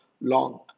long